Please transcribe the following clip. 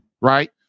right